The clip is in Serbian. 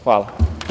Hvala.